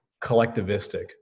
collectivistic